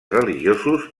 religiosos